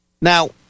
Now